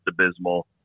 abysmal